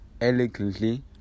elegantly